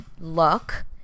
look